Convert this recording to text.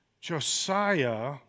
Josiah